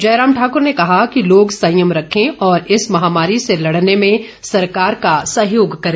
जयराम ठाकुर ने कहा कि लोग सयंम रखें और इस महामारी से लडने में सरकार का सहयोग करे